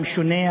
המשונה,